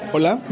Hola